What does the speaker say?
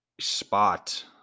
spot